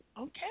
okay